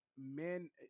men